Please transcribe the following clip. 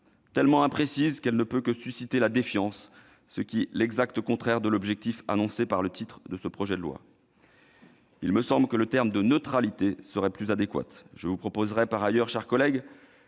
tellement imprécise, qu'elle ne peut que susciter la défiance, ce qui est l'exact contraire de l'objectif annoncé par le titre de ce projet de loi. Il me semble que le terme de « neutralité » serait plus adéquat. Je vous proposerai également, mes chers collègues,